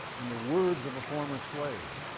in the words of a former slave,